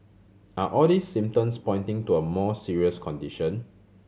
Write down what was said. are all these symptoms pointing to a more serious condition